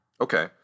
okay